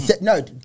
No